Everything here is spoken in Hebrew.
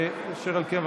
אשר על כן,